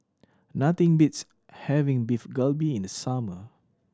nothing beats having Beef Galbi in the summer